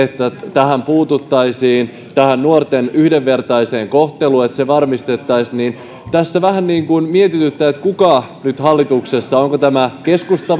puututtaisiin tähän niin että nuorten yhdenvertainen kohtelu varmistettaisiin tässä vähän niin kuin mietityttää kuka nyt hallituksessa onko se keskusta